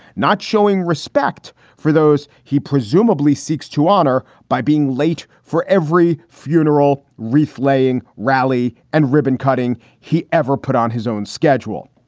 not showing respect for those he presumably seeks to honor by being late for every funeral, wreath laying rally and ribbon cutting. he ever put on his own schedule.